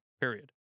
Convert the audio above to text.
period